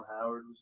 Howard